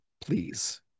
please